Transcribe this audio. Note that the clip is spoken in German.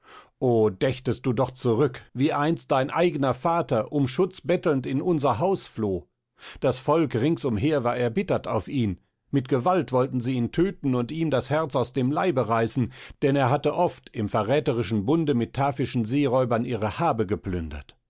o dächtest du doch zurück wie einst dein eigner vater um schutz bettelnd in unser haus floh das volk ringsumher war erbittert auf ihn mit gewalt wollten sie ihn töten und ihm das herz aus dem leibe reißen denn er hatte oft im verräterischen bunde mit taphischen seeräubern ihre habe geplündert